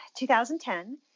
2010